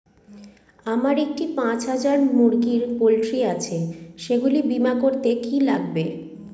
আমার একটি পাঁচ হাজার মুরগির পোলট্রি আছে সেগুলি বীমা করতে কি লাগবে?